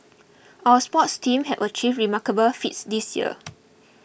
our sports teams have achieved remarkable feats this year